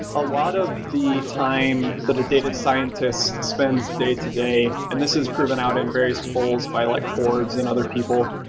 a lot of the time that a data scientist spends day-to-day, and this is proven out in various polls by like forbes and other people,